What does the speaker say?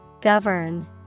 Govern